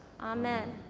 Amen